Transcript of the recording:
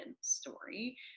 story